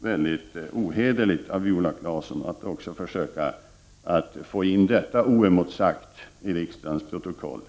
Det är mycket ohederligt av Viola Claesson att försöka få in sådana påståenden emotsagda i riksdagens protokoll.